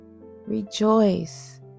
rejoice